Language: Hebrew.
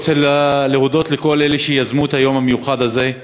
אני רוצה להודות לכל מי שיזם את היום המיוחד הזה: